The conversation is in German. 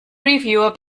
reviewer